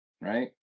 right